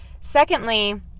Secondly